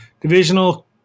Divisional